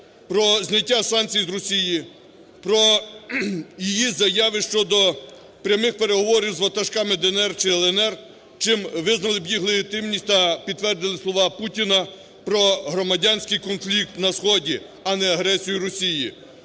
про зняття санкцій з Росії, про її заяви щодо прямих переговорів з ватажками "ДНР" чи "ЛНР", чим визнали б їх легітимність та підтвердили слова Путіна про громадянський конфлікт на сході, а не агресію Росії,